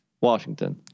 Washington